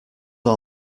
all